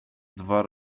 dwa